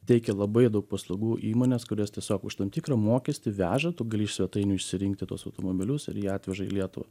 teikia labai daug paslaugų įmonės kurios tiesiog už tam tikrą mokestį veža tu gali iš svetainių išsirinkti tuos automobilius ir jie atveža į lietuvą